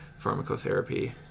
pharmacotherapy